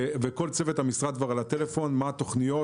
וכל צוות המשרד כבר היה על הטלפון: מה התוכניות,